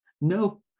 No